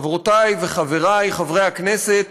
חברותי וחברי חברי הכנסת,